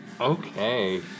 Okay